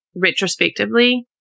retrospectively